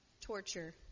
torture